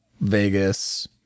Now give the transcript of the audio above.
Vegas